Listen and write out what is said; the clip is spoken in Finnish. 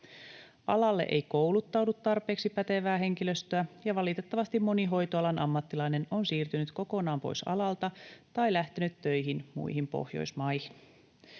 Alalle ei kouluttaudu tarpeeksi pätevää henkilöstöä, ja valitettavasti moni hoitoalan ammattilainen on siirtynyt kokonaan pois alalta tai lähtenyt töihin muihin Pohjoismaihin.